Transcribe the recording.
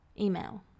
email